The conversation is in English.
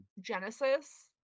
genesis